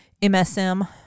MSM